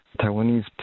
Taiwanese